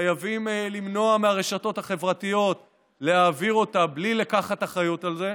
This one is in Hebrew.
חייבים למנוע מהרשתות החברתיות להעביר אותה בלי לקחת אחריות על זה.